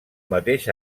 mateix